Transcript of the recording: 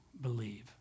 believe